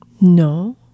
No